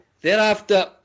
Thereafter